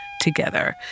together